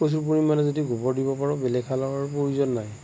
প্ৰচুৰ পৰিমাণে যদি গোবৰ দিব পাৰোঁ বেলেগ সাৰৰ প্ৰয়োজন নাই